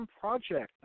Project